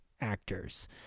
actors